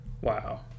Wow